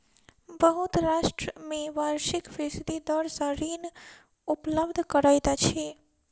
बहुत राष्ट्र में वार्षिक फीसदी दर सॅ ऋण उपलब्ध करैत अछि